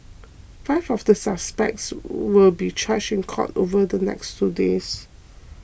five of the suspects will be charged in court over the next two days